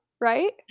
right